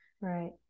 Right